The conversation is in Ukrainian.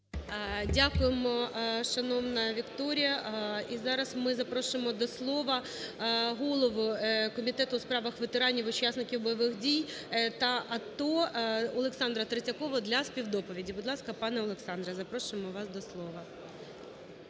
Дякуємо, шановна Вікторія. І зараз ми запрошуємо до слова голову Комітету у справах ветеранів, учасників бойових дій та АТО Олександра Третьякова для співдоповіді. Будь ласка, пане Олександре, запрошуємо вас до слова.